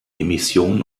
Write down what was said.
emission